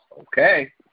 Okay